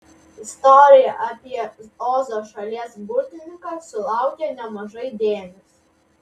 istorija apie ozo šalies burtininką sulaukia nemažai dėmesio